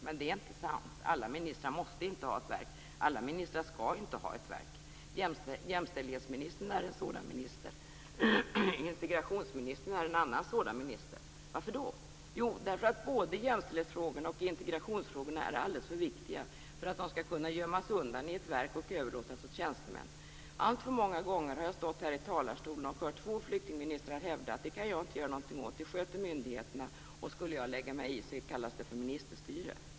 Men det är inte sant. Alla ministrar måste inte ha ett verk, alla ministrar skall inte ha ett verk. Jämställdhetsministern är en sådan minister, integrationsministern är en annan sådan minister. Varför då? Jo, därför att både jämställdhetsfrågorna och integrationsfrågorna är alldeles för viktiga för att de skall kunna gömmas undan i ett verk och överlåtas åt tjänstemän. Allt för många gånger har jag stått här i talarstolen och hört två flyktingministrar hävda: Det kan jag inte göra någonting åt, det sköter myndigheterna och skulle jag lägga mig i kallas det för ministerstyre.